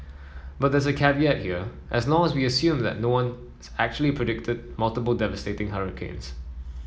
but there's a caveat here as long as we assume that no one actually predicted multiple devastating hurricanes